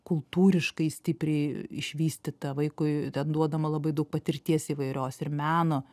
kultūriškai stipriai išvystyta vaikui ten duodama labai daug patirties įvairios ir meno